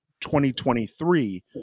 2023